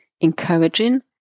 encouraging